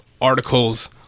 articles